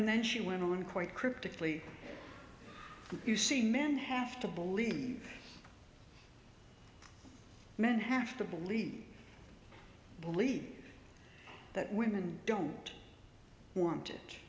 and then she went on quite cryptically you see men have to believe men have to believe believe that women don't want